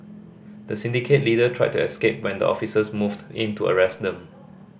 the syndicate leader tried to escape when the officers moved in to arrest them